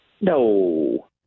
No